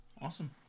Awesome